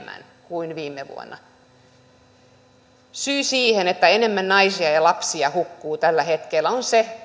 kuin viime vuonna syy siihen että enemmän naisia ja lapsia hukkuu tällä hetkellä on se